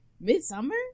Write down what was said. Midsummer